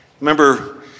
Remember